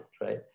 right